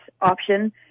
option